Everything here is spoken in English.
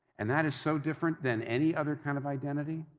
and that is so different than any other kind of identity.